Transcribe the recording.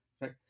right